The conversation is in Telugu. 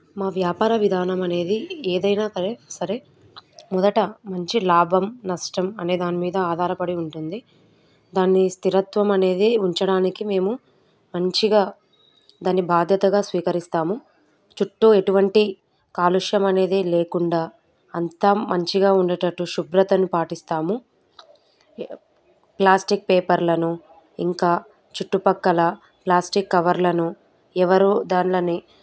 మా వ్యాపార విధానం అనేది ఏదైనా పరే సరే మొదట మంచి లాభం నష్టం అనేదానిమీద ఆధారపడి ఉంటుంది దాన్ని స్థిరత్వం అనేది ఉంచడానికి మేము మంచిగా దాన్ని బాధ్యతగా స్వీకరిస్తాము చుట్టూ ఎటువంటి కాలుష్యం అనేదే లేకుండా అంతా మంచిగా ఉండేటట్టు శుభ్రతను పాటిస్తాము ప్లాస్టిక్ పేపర్లను ఇంకా చుట్టుపక్కల ప్లాస్టిక్ కవర్లను ఎవరు దానిలని